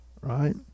right